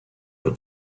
your